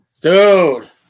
dude